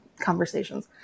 conversations